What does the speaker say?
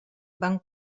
van